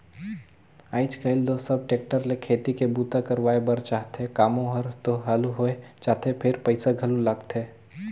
आयज कायल तो सब टेक्टर ले खेती के बूता करवाए बर चाहथे, कामो हर तो हालु होय जाथे फेर पइसा घलो लगथे